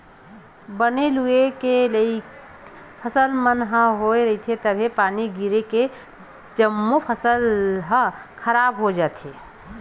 बने लूए के लइक फसल मन ह होए रहिथे तभे पानी गिरगे त जम्मो फसल ह खराब हो जाथे